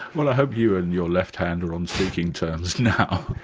well, i hope you and your left hand are on speaking terms now.